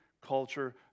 culture